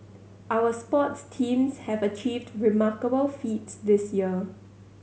our sports teams have achieved remarkable feats this year